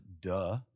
Duh